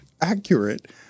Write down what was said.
accurate